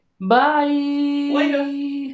bye